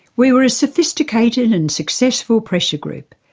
we were a sophisticated and successful pressure group,